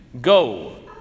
Go